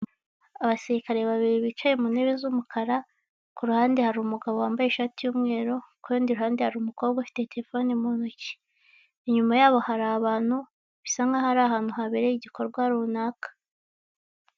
Abasirikare babiri bicaye mu ntebe z'umukara, ku ruhande hari umugabo wambaye ishati y'umweru, ku rundi ruhande hari umukobwa ufite telefone mu ntoki, inyuma yabo hari abantu bisa nkaho ari ahantu habereye igikorwa runaka.